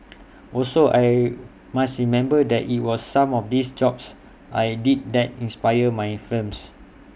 also I must remember that IT was some of these jobs I did that inspired my films